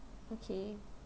okay